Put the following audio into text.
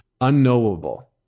unknowable